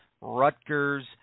Rutgers